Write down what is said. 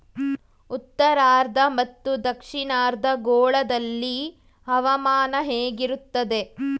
ಉತ್ತರಾರ್ಧ ಮತ್ತು ದಕ್ಷಿಣಾರ್ಧ ಗೋಳದಲ್ಲಿ ಹವಾಮಾನ ಹೇಗಿರುತ್ತದೆ?